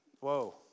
Whoa